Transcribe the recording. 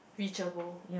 reachable